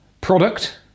product